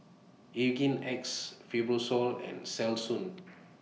Hygin X Fibrosol and Selsun